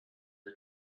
the